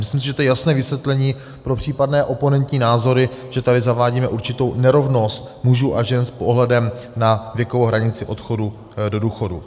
Myslím si, že to je jasné vysvětlení pro případné oponentní názory, že tady zavádíme určitou nerovnost mužů a žen s ohledem na věkovou hranici odchodu do důchodu.